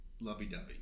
lovey-dovey